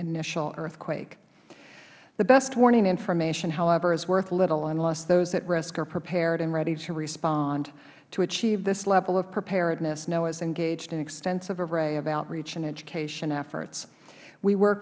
initial earthquake the best warning information however is worth little unless those at risk are prepared and ready to respond to achieve this level of preparedness noaa is engaged in an extensive array of outreach and education efforts we work